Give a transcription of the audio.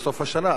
בסוף השנה,